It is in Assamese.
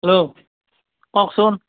হেল্ল' কওকচোন